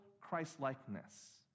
Christ-likeness